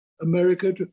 America